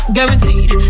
Guaranteed